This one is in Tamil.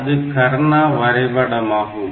அது கர்னா வரை படமாகும்